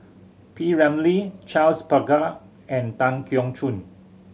P Ramlee Charles Paglar and Tan Keong Choon